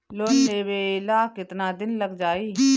Loan लेबे ला कितना दिन लाग जाई?